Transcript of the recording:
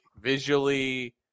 visually